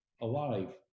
alive